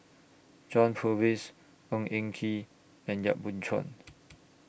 John Purvis Ng Eng Kee and Yap Boon Chuan